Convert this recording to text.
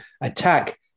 attack